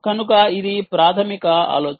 కనుక ఇది ప్రాథమిక ఆలోచన